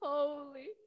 Holy